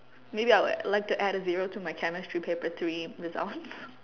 maybe I would like to add a zero to my chemistry paper three results